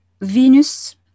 Venus